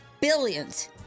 billions